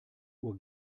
uhr